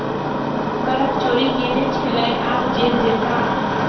करक चोरि केने छलय आब जेल जेताह